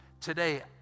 Today